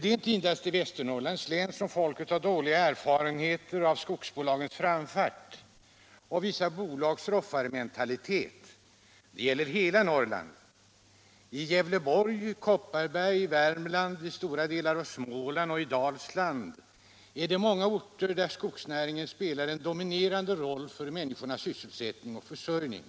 Det är inte endast i Västernorrlands län som folket har dåliga erfarenheter av skogsbolagens framfart och vissa bolags roffarmentalitet. Det gäller hela Norrland. I Gävleborgs och Kopparbergs län, i Värmland, i stora delar av Småland och i Dalsland finns det många orter där skogsnäringen spelar en dominerande roll för människornas sysselsättning och försörjning.